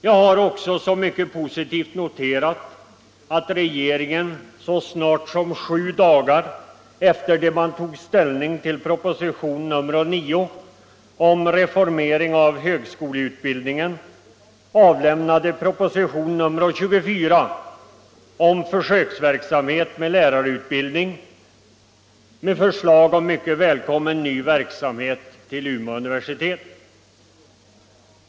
Som mycket positivt har jag också noterat att regeringen så snart som sju dagar efter det att man tagit ställning till proposition nr 9 om reformering av högskoleutbildningen avlämnade proposition nr 24 om försöksverksamhet med lärarutbildningen, med förslag om mycket välkommen verksamhet till Umeå universitet.